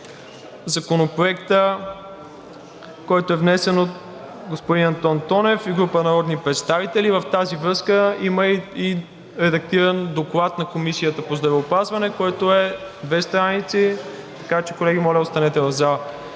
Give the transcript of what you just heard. Законопроекта, който е внесен от господин Антон Тонев и група народни представители. В тази връзка има и редактиран доклад на Комисията по здравеопазване, който е две страници. Така че, колеги, моля, останете в залата.